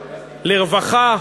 לרווחה,